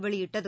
வெளியிட்டது